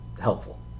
helpful